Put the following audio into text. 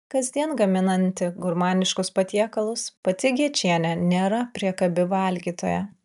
kasdien gaminanti gurmaniškus patiekalus pati gečienė nėra priekabi valgytoja